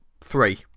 three